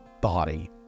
body